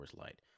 Light